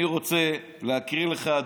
אני רוצה להקריא לך,